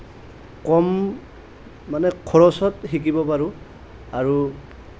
কম মানে খৰচত শিকিব পাৰোঁ আৰু